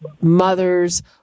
mothers